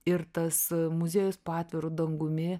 ir tas muziejus po atviru dangumi